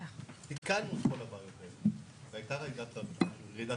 תיקנו את כל הבעיות האלה והייתה רעידת אדמה.